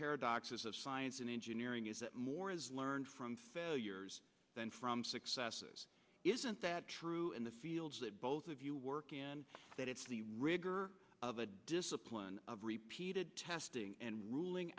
paradoxes of science and engineering is that more is learned from failures than from successes isn't that true in the field that both of you work in that it's the rigor of a discipline of repeated testing and ruling